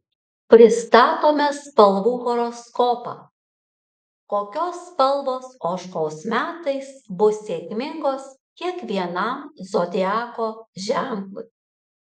pristatome spalvų horoskopą kokios spalvos ožkos metais bus sėkmingos kiekvienam zodiako ženklui